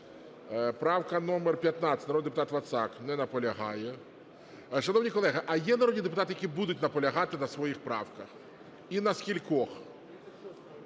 Правка номер 15, народний депутат Вацак. Не наполягає. Шановні колеги, а є народні депутати, які будуть наполягати на своїх правка, і на скількох?